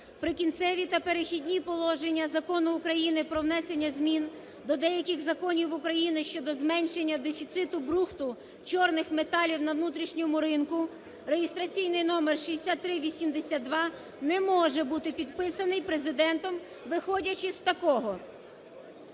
"Прикінцеві та перехідні положення" Закону України про внесення змін до деяких законів України щодо зменшення дефіциту брухту чорних металів на внутрішньому ринку" (реєстраційний номер 6382) не може бути підписаний Президентом, виходячи з такого.